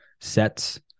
sets